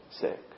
sick